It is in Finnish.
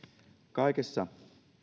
kaikessa